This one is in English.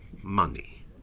money